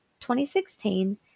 2016